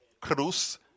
Cruz